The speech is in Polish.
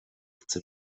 chce